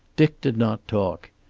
dick did not talk.